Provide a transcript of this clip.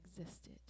existed